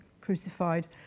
crucified